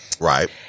Right